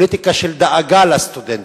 פוליטיקה של דאגה לסטודנטים.